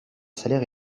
salaire